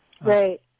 Right